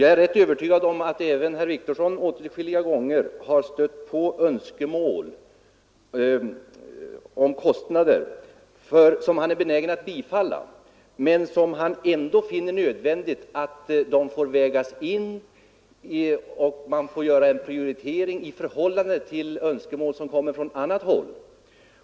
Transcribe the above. Jag är övertygad om att även herr Wictorsson åtskilliga gånger har stött på önskemål som han är benägen att biträda men som föranleder kostnader och som herr Wictorsson därför finner det nödvändigt att väga mot andra önskemål, varefter det får bli en prioritering.